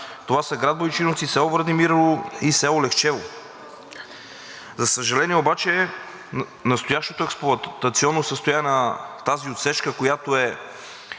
Това са град Бойчиновци, село Владимирово и село Лехчево. За съжаление обаче, настоящото експлоатационно състояние на тази отсечка, която е